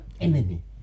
enemy